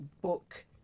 book